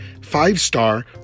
five-star